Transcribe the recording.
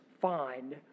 find